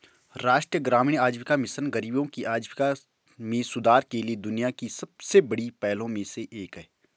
राष्ट्रीय ग्रामीण आजीविका मिशन गरीबों की आजीविका में सुधार के लिए दुनिया की सबसे बड़ी पहलों में से एक है